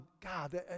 God